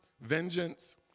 vengeance